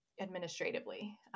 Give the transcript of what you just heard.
administratively